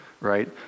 right